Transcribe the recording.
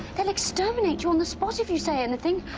they'll exterminate you on the spot if you say anything!